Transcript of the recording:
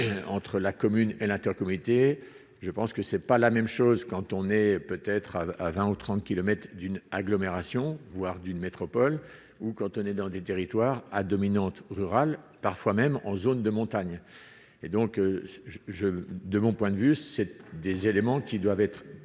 entre la commune, elle intercomités je pense que c'est pas la même chose quand on est peut-être à 20 ou 30 kilomètres d'une agglomération, voire d'une métropole ou quand, dans des territoires à dominante rurale, parfois même en zone de montagne et donc je de mon point de vue cette des éléments qui doivent être